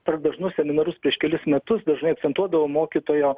per dažnus seminarus prieš kelis metus dažnai akcentuodavo mokytojo